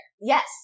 Yes